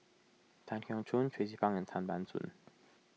Tan Keong Choon Tracie Pang and Tan Ban Soon